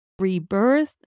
rebirth